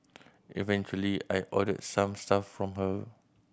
eventually I ordered some stuff from her